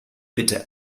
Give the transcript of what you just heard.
bitte